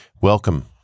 Welcome